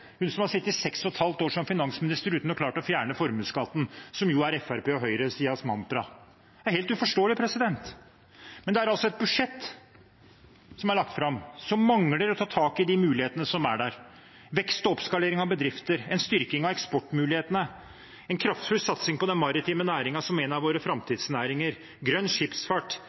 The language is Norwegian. hun som har sittet seks og et halvt år som finansminister uten å fjerne formuesskatten, som jo er Fremskrittspartiet og høyresidens mantra. Det er helt uforståelig. Men det er altså et budsjett som er lagt fram som mangler å ta tak i de mulighetene som er der: vekst og oppskalering av bedrifter, en styrking av eksportmulighetene, en kraftfull satsing på den maritime næringen, som er en av våre framtidsnæringer, grønn skipsfart,